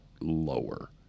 lower